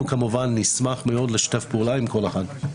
אנחנו כמובן נשמח מאוד לשתף פעולה עם כל אחד.